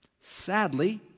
Sadly